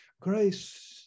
grace